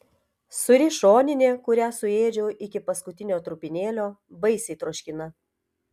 sūri šoninė kurią suėdžiau iki paskutinio trupinėlio baisiai troškina